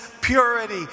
purity